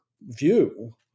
view